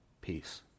Peace